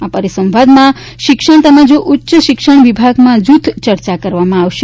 આ પરિસંવાદમાં શિક્ષણ તેમજ ઉચ્ચ શિક્ષક વિભાગમાં જૂથ ચર્ચા કરવામાં આવશે